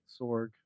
Sorg